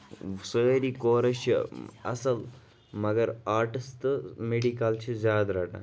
سٲری کورُس چھِ اَصٕل مگر آرٹٕس تہٕ میڈِکل چھُ زیادٕ رَٹان